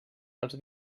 els